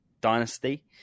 dynasty